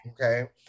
okay